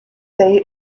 they